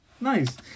Nice